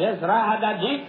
ועזרה הדדית